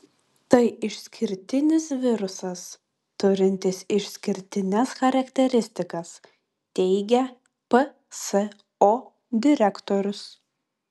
tai išskirtinis virusas turintis išskirtines charakteristikas teigia pso direktorius